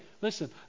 listen